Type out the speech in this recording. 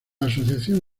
asociación